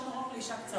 שם ארוך לאישה קצרה,